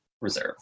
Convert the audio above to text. reserve